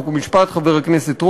חוק ומשפט חבר הכנסת רותם,